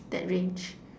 that range